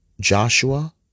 Joshua